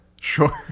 Sure